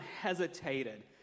hesitated